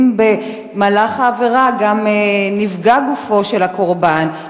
אם במהלך העבירה גם נפגע גופו של הקורבן,